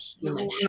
human